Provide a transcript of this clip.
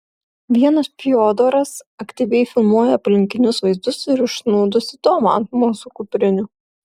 vienas fiodoras aktyviai filmuoja aplinkinius vaizdus ir užsnūdusį tomą ant mūsų kuprinių